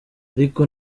ariko